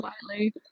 slightly